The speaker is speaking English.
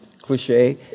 cliche